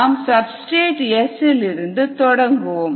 நாம் substrate S இல் இருந்து தொடங்குவோம்